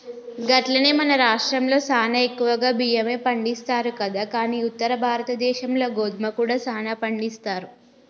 గట్లనే మన రాష్ట్రంలో సానా ఎక్కువగా బియ్యమే పండిస్తారు కదా కానీ ఉత్తర భారతదేశంలో గోధుమ కూడా సానా పండిస్తారు